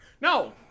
No